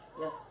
Yes